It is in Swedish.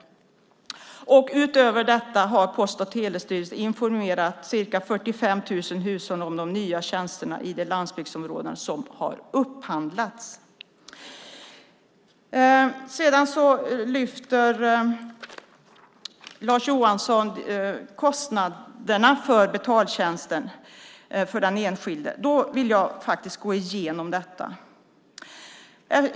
Utöver detta har Post och telestyrelsen informerat ca 45 000 hushåll om de nya tjänsterna i de landsbygdsområden som har upphandlats. När Lars Johansson sedan lyfter upp kostnaderna för betaltjänsten för den enskilde vill jag faktiskt gå igenom detta.